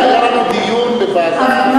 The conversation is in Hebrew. היה לנו דיון בוועדה,